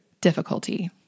difficulty